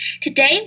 Today